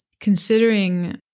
considering